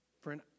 Friend